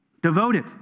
Devoted